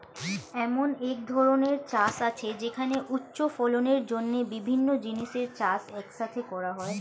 এমন এক ধরনের চাষ আছে যেখানে উচ্চ ফলনের জন্য বিভিন্ন জিনিসের চাষ এক সাথে করা হয়